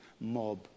mob